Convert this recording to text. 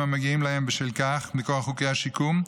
המגיעים להם בשל כך מכוח חוקי השיקום,